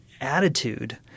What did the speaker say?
attitude